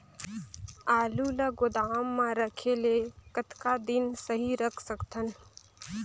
आलू ल गोदाम म रखे ले कतका दिन सही रख सकथन?